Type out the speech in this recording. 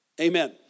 Amen